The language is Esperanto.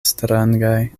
strangaj